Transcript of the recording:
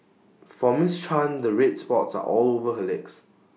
for miss chan the red spots are all over her legs